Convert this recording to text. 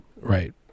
right